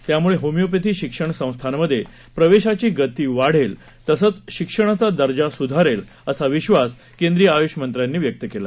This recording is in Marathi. त्यामुळे होमिओपॅथी शिक्षण संस्थांमध्ये प्रवेशाची गती वाढेल तसंच शिक्षणाचा दर्जा सुधारेल असा विधास केंद्रीय आयुष मंत्र्यांनी व्यक्त केला